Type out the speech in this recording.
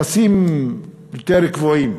נכסים יותר קבועים,